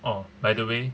oh by the way